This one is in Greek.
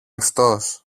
αυτός